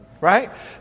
Right